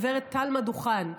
גב' תלמה דוכן,